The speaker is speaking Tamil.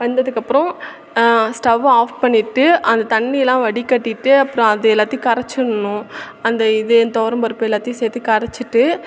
வந்ததுக்கப்புறம் ஸ்டவ் ஆஃப் பண்ணிகிட்டு அந்த தண்ணியெலாம் வடிகட்டிகிட்டு அப்புறம் அது எல்லாத்தையும் கரைச்சிட்ணும் அந்த இது துவரம் பருப்பு எல்லாத்தையும் சேர்த்து கரைச்சிட்டு